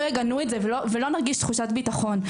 הם לא יגנו את זה ולא נרגיש תחושת ביטחון.